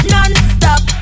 Non-stop